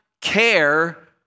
care